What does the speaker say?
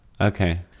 okay